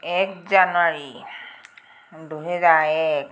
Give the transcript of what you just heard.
এই জানুৱাৰী দুহেজাৰ এক